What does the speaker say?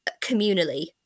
communally